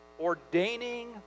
ordaining